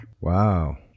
Wow